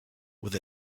with